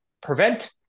prevent